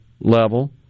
level